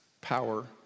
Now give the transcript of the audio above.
power